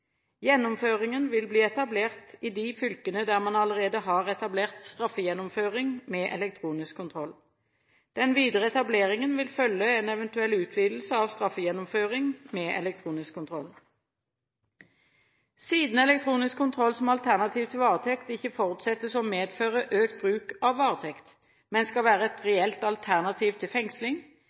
Gjennomføringen vil bli etablert i de fylkene der man allerede har etablert straffegjennomføring med elektronisk kontroll. Den videre etableringen vil følge en eventuell utvidelse av straffegjennomføring med elektronisk kontroll. Siden elektronisk kontroll som alternativ til varetekt ikke forutsettes å medføre økt bruk av varetekt, men skal være et reelt alternativ til fengsling,